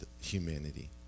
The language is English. humanity